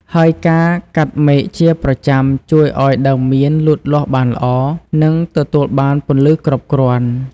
ហើយការកាត់មែកជាប្រចាំជួយឱ្យដើមមៀនលូតលាស់បានល្អ និងទទួលបានពន្លឺគ្រប់គ្រាន់។